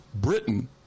Britain